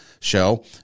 show